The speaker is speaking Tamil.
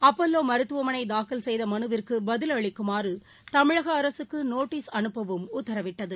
அப்பல்லோமருத்துவமனைதாக்கல் செய்தமனுவிற்குபதிலளிக்குமாறுதமிழகஅரசுக்குநோட்டீஸ் அனுப்பவும் உத்தரவிட்டது